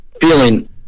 feeling